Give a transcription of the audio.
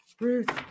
Ruth